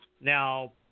Now